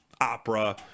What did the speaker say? opera